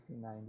1990